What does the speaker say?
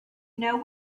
know